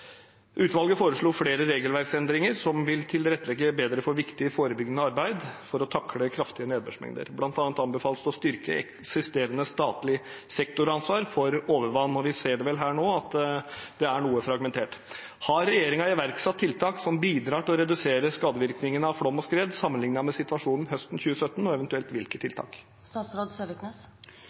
Utvalget foreslo flere regelverksendringer, som vil tilrettelegge bedre for viktig forebyggende arbeid for å takle kraftige nedbørsmengder. Blant annet anbefales det å styrke eksisterende statlig sektoransvar for overvann, og vi ser vel her nå at det er noe fragmentert. Har regjeringen iverksatt tiltak som bidrar til å redusere skadevirkningene av flom og skred, sammenlignet med situasjonen høsten 2017, og hvilke tiltak er det eventuelt?